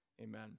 Amen